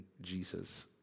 Jesus